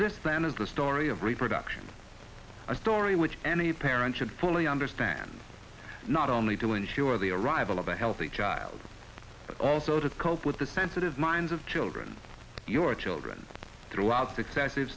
this plan is a story of reproduction a story which any parent should fully understand not only to ensure the arrival of a healthy child but also to cope with the sensitive minds of children your children throughout successive